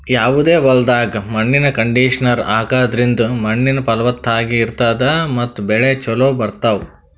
ಯಾವದೇ ಹೊಲ್ದಾಗ್ ಮಣ್ಣಿನ್ ಕಂಡೀಷನರ್ ಹಾಕದ್ರಿಂದ್ ಮಣ್ಣ್ ಫಲವತ್ತಾಗಿ ಇರ್ತದ ಮತ್ತ್ ಬೆಳಿ ಚೋಲೊ ಬರ್ತಾವ್